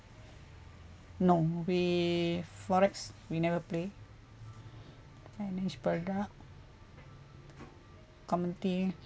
no we forex we never play finance product commodity